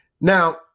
Now